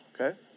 okay